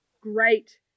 Great